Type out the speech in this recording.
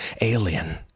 Alien